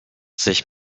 sich